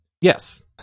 Yes